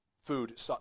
food